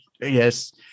Yes